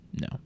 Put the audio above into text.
No